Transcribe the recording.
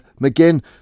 McGinn